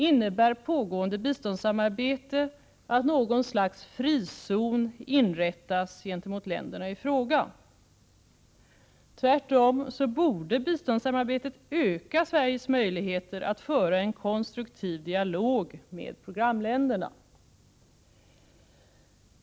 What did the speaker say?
Innebär pågående biståndssamarbete att något slags frizon inrättas gentemot länderna i fråga? Tvärtom borde biståndssamarbetet öka Sveriges möjligheter att föra en konstruktiv dialog med programländerna.